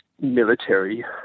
military